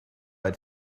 had